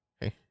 Hey